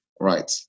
right